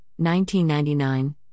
1999